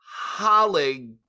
Holly